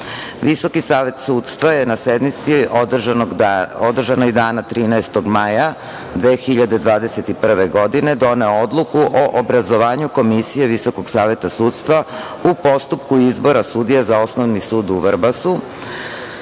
Visoki savet sudstva je na sednici održanoj dana 13. maja 2021. godine doneo Odluku o obrazovanju Komisije Visokog saveta sudstva u postupku izbora sudija za Osnovni sud u Vrbasu.